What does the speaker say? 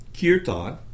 kirtan